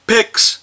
Picks